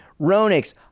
Ronix